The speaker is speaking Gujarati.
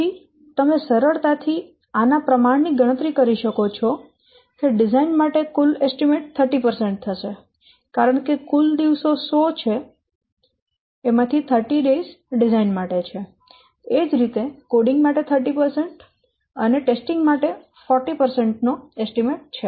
પછી તમે સરળતા થી આના પ્રમાણની ગણતરી કરી શકો છો કે ડિઝાઇન માટે કુલ અંદાજ 30 થશે કારણકે કુલ દિવસો 100 છે એ જ રીતે કોડિંગ માટે 30 અને પરીક્ષણ માટે 40 નો અંદાજ છે